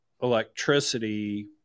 electricity